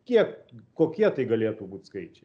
kiek kokie tai galėtų būt skaičiai